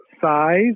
size